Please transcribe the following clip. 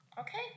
Okay